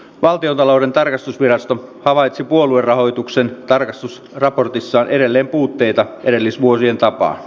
valtiontalouden tarkastusvirasto havaitsi puoluerahoituksen tarkastusraportissaan edelleen puutteita edellisvuosien tapaan